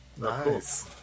Nice